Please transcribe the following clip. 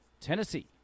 Tennessee